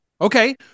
Okay